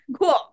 cool